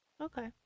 Okay